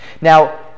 Now